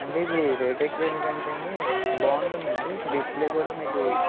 అంటే ఇది రేట్ ఎక్కువనే కానీయండి బాగుంటుంది అండి డిస్ప్లే కూడా మీకు